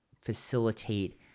facilitate